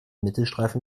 mittelstreifen